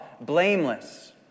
blameless